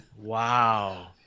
Wow